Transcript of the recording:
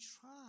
try